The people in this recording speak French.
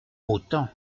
autant